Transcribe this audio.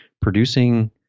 producing